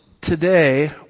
today